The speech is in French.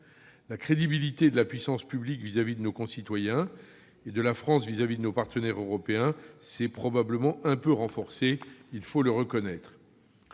La crédibilité de la puissance publique envers nos concitoyens et de la France envers ses partenaires européens s'est probablement un peu renforcée : il faut le reconnaître.